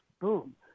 boom